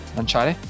lanciare